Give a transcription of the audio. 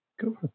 Cool